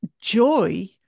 joy